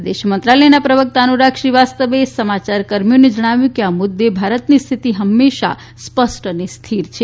વિદેશ મંત્રાલયનાં પ્રવક્તા અનુરાગ શ્રીવાસ્તવે સમાચાર કર્મીઓને જણાવ્યું કે આ મુદ્દે ભારતની સ્થિતી હંમેશા સ્પષ્ટ અને સ્થિર છે